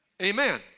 Amen